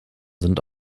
sind